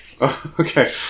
Okay